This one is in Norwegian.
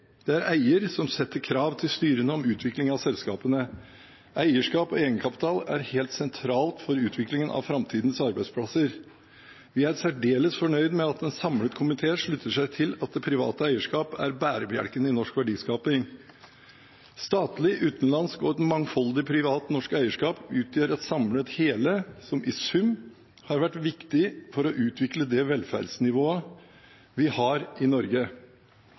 Det er eier som setter krav til styrene om utvikling av selskapene. Eierskap og egenkapital er helt sentralt for utviklingen av framtidas arbeidsplasser. Vi er særdeles fornøyd med at en samlet komité slutter seg til at det private eierskap er bærebjelken i norsk verdiskaping. Statlig, utenlandsk og et mangfoldig privat norsk eierskap utgjør et samlet hele som i sum har vært viktig for å utvikle det velferdsnivået vi har i Norge. Sammenlignet med alle land vi sammenligner oss med, skiller Norge